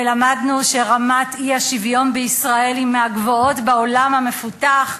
ולמדנו שרמת האי-שוויון בישראל היא מהגבוהות בעולם המפותח,